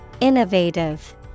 Innovative